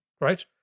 right